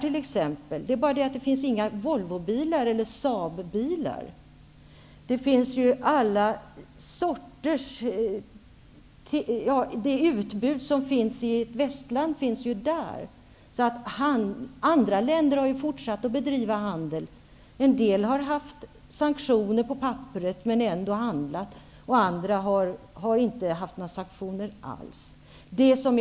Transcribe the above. Det är bara det att det inte finns några Volvobilar eller Saab-bilar. Det utbud som finns i ett västland finns också där. Andra länder har fortsatt att bedriva handel. En del har haft sanktioner på pappret, men ändå handlat. Andra har inte haft några sanktioner alls.